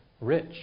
rich